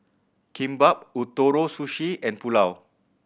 Kimbap Ootoro Sushi and Pulao